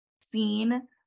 seen